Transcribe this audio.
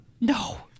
no